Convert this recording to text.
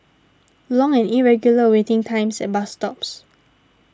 long and irregular waiting times at bus stops